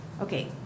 Okay